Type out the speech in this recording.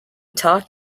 talk